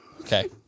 Okay